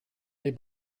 they